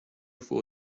for